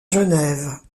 genève